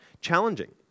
challenging